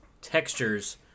textures